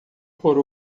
por